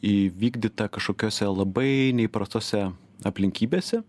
įvykdytą kažkokiose labai neįprastose aplinkybėse